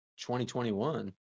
2021